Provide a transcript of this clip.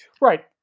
Right